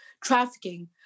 trafficking